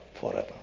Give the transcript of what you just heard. forever